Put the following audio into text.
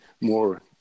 more